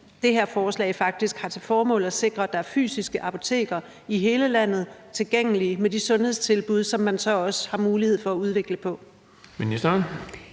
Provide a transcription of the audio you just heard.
det her forslag har til formål at sikre, at der er fysiske apotekerne tilgængelige i hele landet med de sundhedstilbud, som man så også har mulighed for at udvikle.